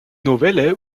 novelle